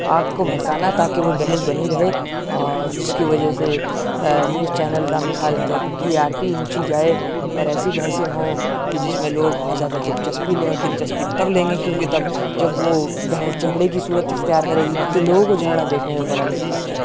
آگ کو بھڑکانا تاکہ وہ بحث بنی رہے اور جس کی وجہ سے نیوز چینل کا مثال کے طور پہ ٹی آر پی اونچی جائے اور ایسی بحثیں ہوں کہ جس میں لوگ بہت زیادہ دلچسپی لیں اور دلچسپی تب لیں گے کیونکہ تب جب وہ بحث جھگڑے کی صورت اختیار کرے گی کیونکہ لوگوں کو جھگڑا دیکھنے میں بڑا لطف آتا ہے